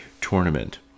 tournament